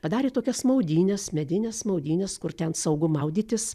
padarė tokias maudynes medines maudynes kur ten saugu maudytis